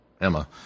Emma